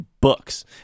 Books